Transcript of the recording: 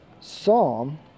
Psalm